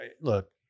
Look